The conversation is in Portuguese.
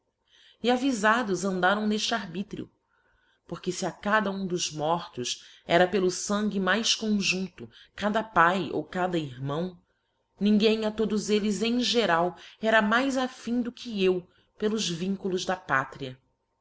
e avifados andaram n'efte arbitrio porque fe a cada um dos mortos era pelo fangue mais conjunfto cada pac ou cada irmão ninguém a todos elles em geral era mais affim do que eu pelos vinculos da pátria